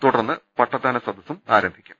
തുടർന്ന് പട്ടത്താന സദസ്സ് ആരംഭിക്കും